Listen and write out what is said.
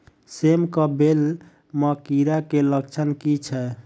सेम कऽ बेल म कीड़ा केँ लक्षण की छै?